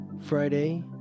friday